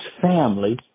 family